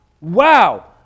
wow